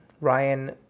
Ryan